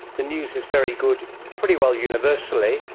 the news is very good pretty well universally,